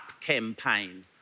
campaign